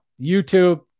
YouTube